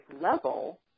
level